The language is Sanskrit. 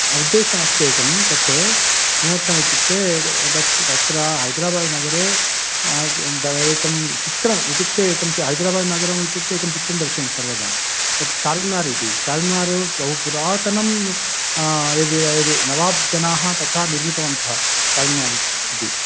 उद्देशमस्ति एकं तत् किमर्थमित्युक्ते तत् तत्र हैदराबाद्नगरे एकं चित्रम् इत्युक्ते एकं चि हैदराबाद्नगरम् इत्युक्ते एकं चित्रं दर्शयन्ति सर्वदा तत् चार् मिनार् इति चार् मिनार् बहु पुरातनं यद् यद् नवाब्जनाः तथा निर्मितवन्तः चार् मिनार् इ इति